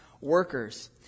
workers